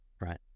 Right